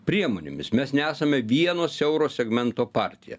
priemonėmis mes nesame vieno siauro segmento partija